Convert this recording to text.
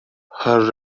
her